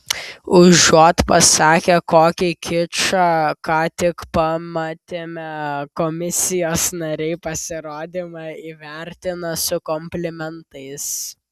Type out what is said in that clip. užuot pasakę kokį kičą ką tik pamatėme komisijos nariai pasirodymą įvertina su komplimentais